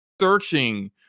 searching